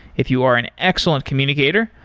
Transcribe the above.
if you are an excellent communicator,